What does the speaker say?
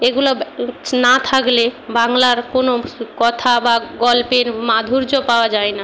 এগুলো না থাকলে বাংলার কোনো কথা বা গল্পের মাধুর্য পাওয়া যায় না